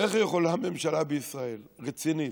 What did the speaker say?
איך יכולה ממשלה בישראל, רצינית,